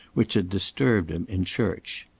which had disturbed him in church.